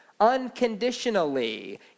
unconditionally